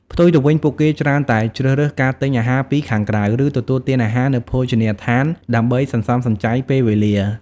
ផ្ទុយទៅវិញ ពួកគេច្រើនតែជ្រើសរើសការទិញអាហារពីខាងក្រៅ ឬទទួលទានអាហារនៅភោជនីយដ្ឋានដើម្បីសន្សំសំចៃពេលវេលា ។